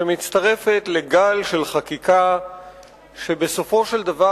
שמצטרפת לגל של חקיקה שבסופו של דבר